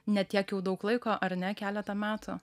ne tiek jau daug laiko ar ne keletą metų